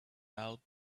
out